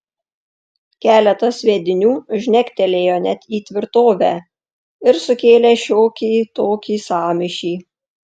keletas sviedinių žnegtelėjo net į tvirtovę ir sukėlė šiokį tokį sąmyšį